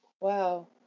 Wow